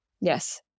Yes